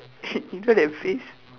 you know that face